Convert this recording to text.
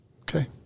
Okay